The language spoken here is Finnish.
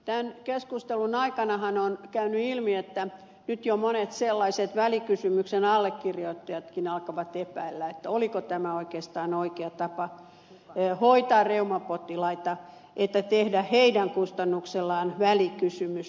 tämän keskustelun aikanahan on käynyt ilmi että nyt jo monet välikysymyksen allekirjoittajatkin alkavat epäillä oliko tämä oikeastaan oikea tapa hoitaa reumapotilaita tehdä heidän kustannuksellaan välikysymys